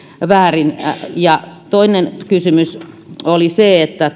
väärin toinen kysymys oli se että